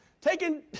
taken